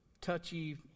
touchy